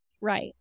right